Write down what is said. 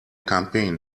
campaign